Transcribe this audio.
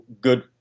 good